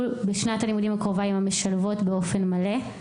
בשנת הלימודים הקרובה עם המשלבות באופן מלא.